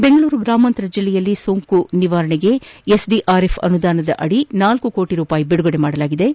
ಬೆಂಗಳೂರು ಗ್ರಾಮಾಂತರ ಜಿಲ್ಲೆಯಲ್ಲಿ ಸೋಂಕು ತಡೆಗಟ್ಟಲು ಎಸ್ಡಿಆರ್ಎಫ್ ಅನುದಾನದಡಿ ನಾಲ್ಕು ಕೋಟ ರೂಪಾಯಿ ಬಿಡುಗಡೆ ಮಾಡಲಾಗಿದ್ದು